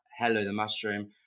HelloTheMushroom